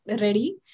ready